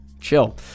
Chill